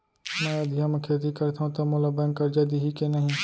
मैं अधिया म खेती करथंव त मोला बैंक करजा दिही के नही?